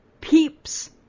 peeps